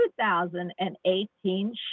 2018